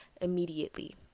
immediately